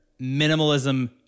minimalism